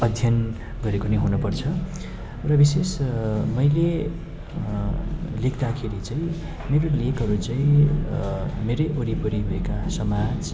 अध्ययन गरेको नै हुनुपर्छ र विशेष मैले लेख्दाखेरि चाहिँ मेरो लेखहरू चाहिँ मेरै वरिपरि भएका समाज